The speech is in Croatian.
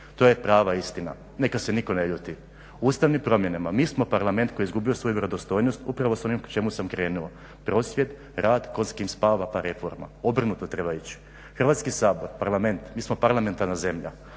To je prava istina, neka se nitko ne ljuti. Ustavnim promjenama mi smo Parlament koji je izgubio svoju vjerodostojnost upravo s onim k čemu sam krenuo, prosvjed, rad, tko s kim spava pa reforma, obrnuto treba ići. Hrvatski sabor, Parlament, mi smo parlamentarna zemlja,